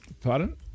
Pardon